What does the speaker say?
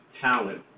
Talent